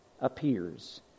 appears